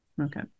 Okay